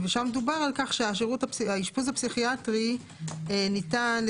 שם דובר על כך שהאשפוז הפסיכיאטרי ניתן על